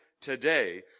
today